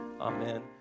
Amen